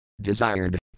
desired